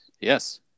yes